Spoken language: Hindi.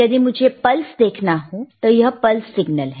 यदि मुझे पल्स देखना हो तो यह पल्स सिग्नल है